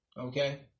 Okay